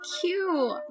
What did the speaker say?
cute